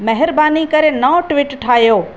महिरबानी करे नओं ट्विट ठाहियो